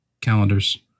calendars